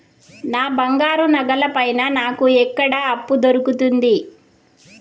నా బంగారు నగల పైన నాకు ఎక్కడ అప్పు దొరుకుతుంది